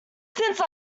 since